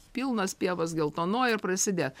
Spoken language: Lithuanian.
pilnos pievos geltonuoja ir prasidės